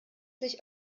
sich